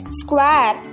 square